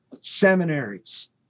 seminaries